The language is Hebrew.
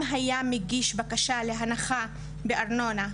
אם היה מגיש בקשה להנחה בארנונה,